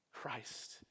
Christ